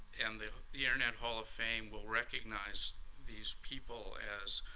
and the the internet hall of fame will recognize these people as